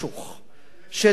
שדורש,